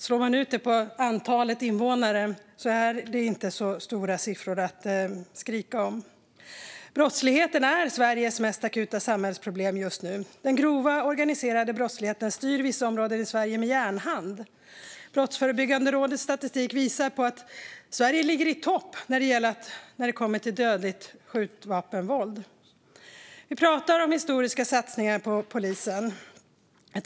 Slår man ut antalet poliser på antalet invånare är det inte så stora siffror att skrika om. Brottsligheten är Sveriges mest akuta samhällsproblem just nu. Den grova organiserade brottsligheten styr vissa områden i Sverige med järnhand. Brottsförebyggande rådets statistik visar på att Sverige ligger i topp när det kommer till dödligt skjutvapenvåld. Vi pratar om historiska satsningar på polisen.